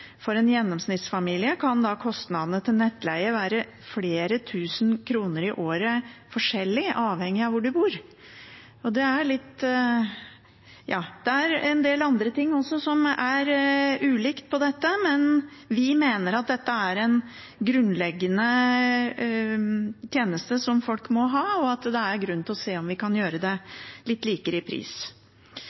For en gjennomsnittsfamilie kan kostnadene til nettleie variere med flere tusen kroner i året avhengig av hvor man bor. Det er en del andre ting som også er ulikt. Vi mener dette er en grunnleggende tjeneste som folk må ha, og at det er grunn til å se på om vi kan gjøre det litt likere i pris.